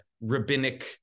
rabbinic